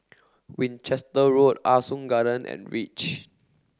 Winchester Road Ah Soo Garden and Reach